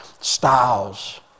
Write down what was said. styles